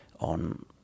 on